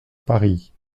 paris